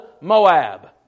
Moab